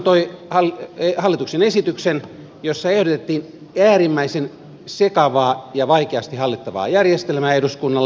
edellinen hallitus antoi hallituksen esityksen jossa ehdotettiin äärimmäisen sekavaa ja vaikeasti hallittavaa järjestelmää eduskunnalle